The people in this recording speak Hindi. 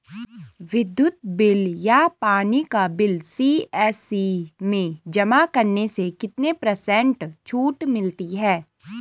विद्युत बिल या पानी का बिल सी.एस.सी में जमा करने से कितने पर्सेंट छूट मिलती है?